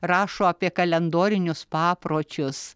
rašo apie kalendorinius papročius